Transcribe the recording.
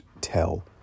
tell